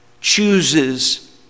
chooses